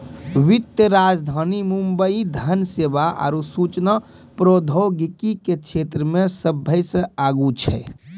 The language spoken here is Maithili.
वित्तीय राजधानी मुंबई धन सेवा आरु सूचना प्रौद्योगिकी के क्षेत्रमे सभ्भे से आगू छै